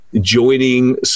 joining